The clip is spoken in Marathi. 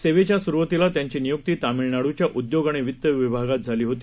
सेवेच्या सुरूवातीला त्यांची नियुक्ती तामीळनाडूच्या उद्योग आणि वित्त विभागात झाली होती